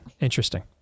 Interesting